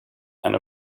and